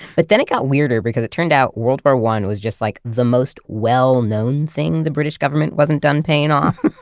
but then it got weirder because it turned out, world war i was just like the most well-known thing the british government wasn't done paying off.